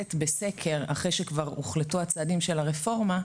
לצאת בסקר אחרי שכבר הוחלטו הצעדים של הרפורמה,